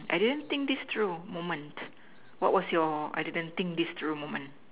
I didn't think this true moments what was your I didn't think this true moment